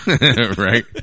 Right